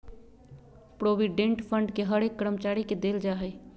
provident fund के हर एक कर्मचारी के देल जा हई